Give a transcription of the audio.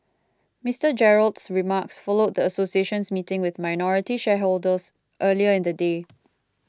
Mister Gerald's remarks followed the association's meeting with minority shareholders earlier in the day